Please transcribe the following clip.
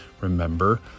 remember